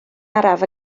araf